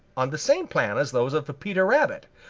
on the same plan as those of peter rabbit.